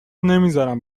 نمیزارم